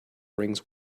rings